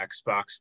Xbox